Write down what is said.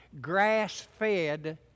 grass-fed